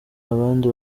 abandi